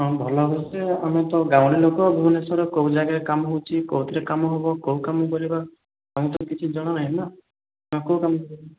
ଭଲ ହେବ ସେ ଆମେ ତ ଗାଉଁଲି ଲୋକ ଭୁବନେଶ୍ଵରରେ କେଉଁ ଜାଗାରେ କାମ ହେଉଛି କେଉଁଥିରେ କାମ ହେବ କେଉଁ କାମ କରିବା ଆମକୁ ତ କିଛି ଜଣା ନାହିଁ ନା ଆମେ କେଉଁ କାମ କରିବୁ